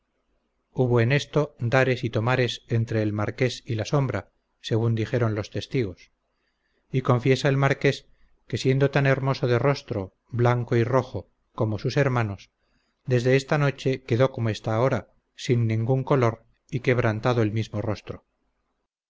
hubo en esto dares y tomares entre el marqués y la sombra según dijeron los testigos y confiesa el marqués que siendo tan hermoso de rostro blanco y rojo como sus hermanos desde esta noche quedó como está ahora sin ningún color y quebrantado el mismo rostro